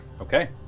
Okay